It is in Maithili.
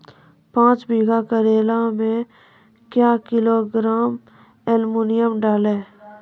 पाँच बीघा करेला मे क्या किलोग्राम एलमुनियम डालें?